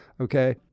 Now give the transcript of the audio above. okay